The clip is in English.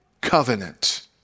covenant